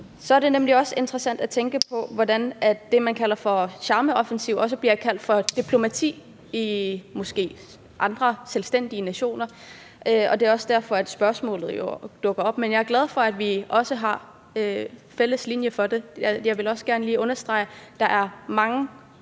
så er det også interessant at tænke på, at det, man kalder for charmeoffensiv, også bliver kaldt for diplomati i andre selvstændige nationer, og det er også derfor, spørgsmålet dukker op. Men jeg er glad for, at vi har en fælles linje på det område. Jeg vil også gerne lige understrege, at der er mange